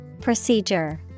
Procedure